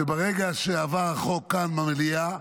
שברגע שעבר החוק כאן במליאה,